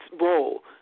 role